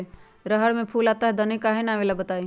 रहर मे फूल आता हैं दने काहे न आबेले बताई?